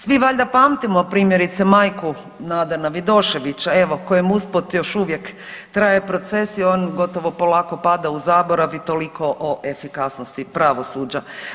Svi valjda pamtimo, primjerice majku Nadana Vidoševića, evo, kojem usput, još uvijek traje proces i on gotovo polako pada u zaborav i toliko o efikasnosti pravosuđa.